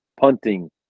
punting